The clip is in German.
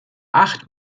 acht